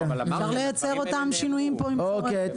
אפשר לייצר אותם שינויים פה --- אבל אמרת --- אוקיי,